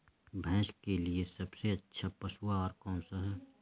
भैंस के लिए सबसे अच्छा पशु आहार कौन सा है?